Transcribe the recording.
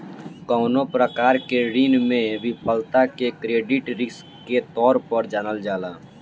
कवनो प्रकार के ऋण में विफलता के क्रेडिट रिस्क के तौर पर जानल जाला